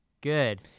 good